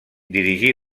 dirigí